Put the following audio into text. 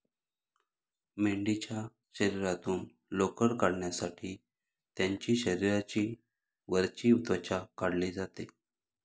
मेंढीच्या शरीरातून लोकर काढण्यासाठी त्यांची शरीराची वरची त्वचा काढली जाते